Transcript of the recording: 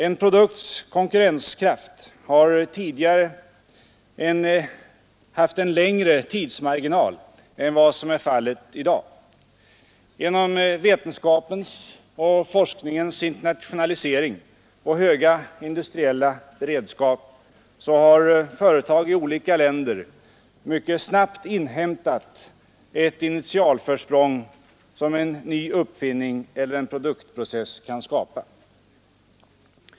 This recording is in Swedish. En produkts konkurrenskraft hade tidigare en längre tidsmarginal än vad som är fallet i dag. Genom vetenskapens och forskningens internationalisering och höga industriella beredskap har företag i olika länder mycket snabbt inhämtat ett initialförsprång, som en ny uppfinning eller en produktprocess kan skapa.